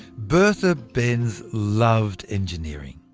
bertha benz loved engineering.